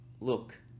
look